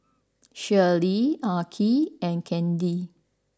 Shirlee Arch and Candi